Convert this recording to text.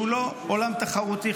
שהוא לא עולם תחרותי,